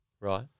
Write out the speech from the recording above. Right